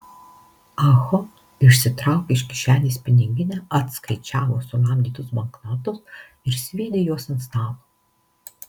ah ho išsitraukė iš kišenės piniginę atskaičiavo sulamdytus banknotus ir sviedė juos ant stalo